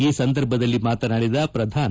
ಈ ಸಂದರ್ಭದಲ್ಲಿ ಮಾತನಾಡಿದ ಪ್ರಧಾನ್